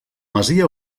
masia